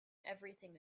everything